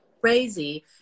crazy